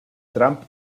trump